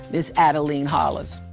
miz adeline hollers.